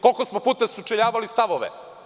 Koliko smo puta sučeljavali stavove?